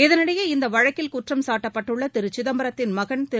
இதனிடையே இந்த வழக்கில் குற்றம் சாட்டப்பட்டுள்ள சிதம்பரத்தின் மகன் திரு